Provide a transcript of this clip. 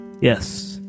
Yes